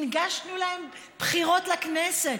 הנגשנו להם בחירות לכנסת,